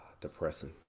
depressing